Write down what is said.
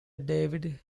david